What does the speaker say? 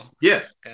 Yes